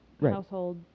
household